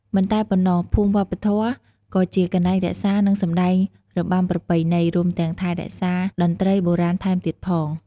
មិនតែប៉ុណ្ណោះភូមិវប្បធម៌ក៏ជាកន្លែងរក្សានិងសម្តែងរបាំប្រពៃណី រួមទាំងថែរក្សាតន្រ្តីបុរាណថែមទៀតផង។